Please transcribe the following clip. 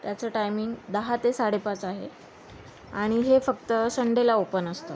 त्याचं टायमिंग दहा ते साडेपाच आहे आणि हे फक्त संडेला ओपन असतो